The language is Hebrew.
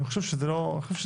אני חושב שזה מוגזם.